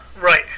Right